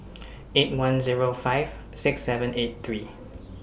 eight one Zero five six seven eight three